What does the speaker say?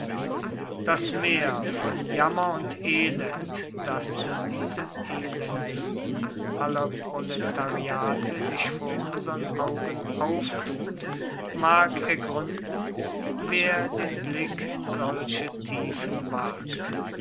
das meer von jammer und elend das in diesem elendesten aller proletariate sich vor unsern augen auftut mag ergründen wer den blick in solche tiefen wagt